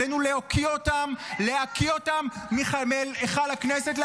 עלינו להוקיע אותם, להקיא אותם, מהיכל הכנסת.